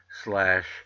slash